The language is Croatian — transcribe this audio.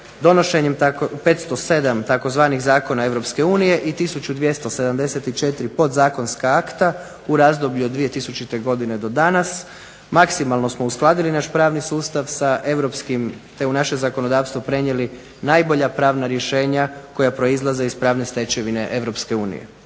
Donošenjem 507 tzv. zakona Europske unije i 1274 podzakonska akta u razdoblju od 2000. godine do danas maksimalno smo uskladili naš pravni sustav sa europskim te u naše zakonodavstvo prenijeli najbolja pravna rješenja koja proizlaze iz pravne stečevine Europske unije.